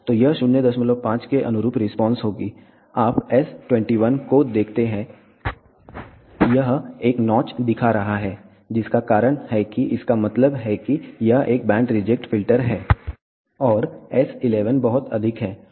तो यह 05 के अनुरूप रिस्पांस होगी आप S21 को देखते हैं यह एक नॉच दिखा रहा है जिसका कारण है कि इसका मतलब है कि यह एक बैंड रिजेक्ट फिल्टर है और S11 बहुत अधिक है